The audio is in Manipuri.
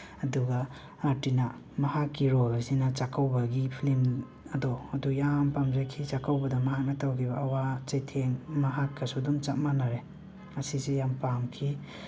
ꯑꯗꯨꯒ ꯑꯥꯔꯇꯤꯅꯥ ꯃꯍꯥꯛꯀꯤ ꯔꯣꯜ ꯑꯁꯤꯅ ꯆꯥꯛꯀꯧꯕꯒꯤ ꯐꯤꯂꯝ ꯑꯗꯣ ꯑꯗꯨ ꯌꯥꯝ ꯄꯥꯝꯖꯈꯤ ꯆꯥꯛꯀꯧꯕꯗ ꯃꯍꯥꯛꯅ ꯇꯧꯈꯤꯕ ꯑꯋꯥ ꯆꯩꯊꯦꯡ ꯃꯍꯥꯛꯀꯁꯨ ꯑꯗꯨꯝ ꯆꯞ ꯃꯥꯅꯔꯦ ꯑꯁꯤꯁꯤ ꯌꯥꯝ ꯄꯥꯝꯈꯤ